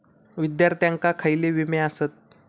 विद्यार्थ्यांका खयले विमे आसत?